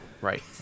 right